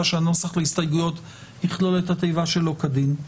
שהנוסח להסתייגויות יכלול את התיבה "שלא כדין".